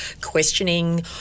questioning